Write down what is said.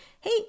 hey